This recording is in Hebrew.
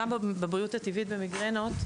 גם בבריאות הטבעית במיגרנות,